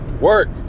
Work